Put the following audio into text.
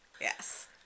Yes